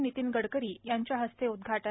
नितिन गडकरी यांच्या हस्ते उद्घाटन